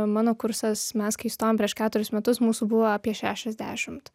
mano kursas mes kai stojom prieš keturis metus mūsų buvo apie šešiasdešimt